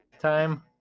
Time